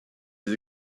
les